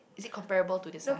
is it comparable to this one